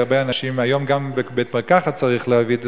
היום גם בבית-מרקחת צריך להציג,